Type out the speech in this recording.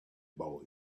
boy